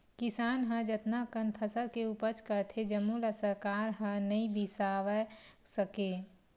किसान ह जतना कन फसल के उपज करथे जम्मो ल सरकार ह नइ बिसावय सके